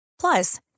plus